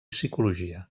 psicologia